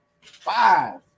five